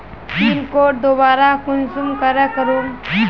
Pin code दोबारा कुंसम करे करूम?